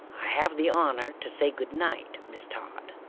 i have the honor to say good night, miss todd,